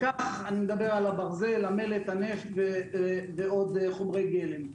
אני מדבר על הברזל, המלט, הנפט, ועוד חומרי גלם.